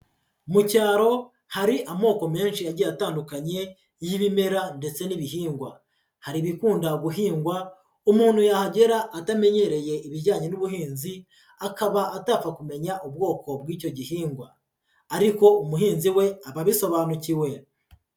Mu cyaro hari amoko menshi agiye atandukanye y'ibimera ndetse n'ibihingwa. Hari ibikunda guhingwa, umuntu yahagera atamenyereye ibijyanye n'ubuhinzi, akaba atapfa kumenya ubwoko bw'icyo gihingwa. Ariko umuhinzi we aba abisobanukiwe.